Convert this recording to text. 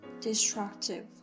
destructive